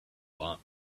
lot